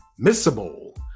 Missable